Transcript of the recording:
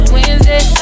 Wednesday